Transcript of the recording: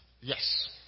yes